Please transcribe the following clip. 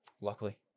Luckily